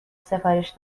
سفارش